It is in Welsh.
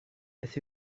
beth